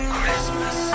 Christmas